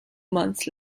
months